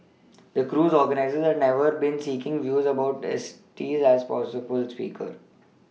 the cruise organisers had never been seeking views about Estes as a possible speaker